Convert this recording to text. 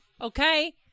okay